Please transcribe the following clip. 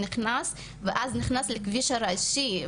הוא נכנס ואז הוא נכנס לכביש הראשי,